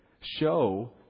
show